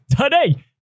today